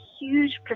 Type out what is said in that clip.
huge